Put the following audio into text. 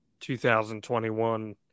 2021